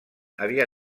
havia